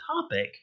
topic